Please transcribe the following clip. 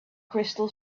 crystal